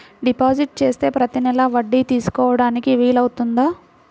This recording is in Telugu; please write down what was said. డిపాజిట్ చేస్తే ప్రతి నెల వడ్డీ తీసుకోవడానికి వీలు అవుతుందా?